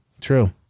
true